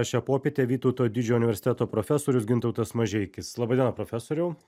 šią popietę vytauto didžiojo universiteto profesorius gintautas mažeikis laba diena profesoriau